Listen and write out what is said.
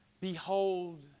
Behold